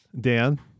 Dan